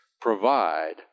provide